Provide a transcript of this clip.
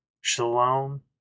Shalom